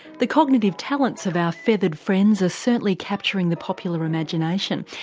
the cognitive talents of our feathered friends are certainly capturing the popular imagination.